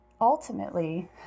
ultimately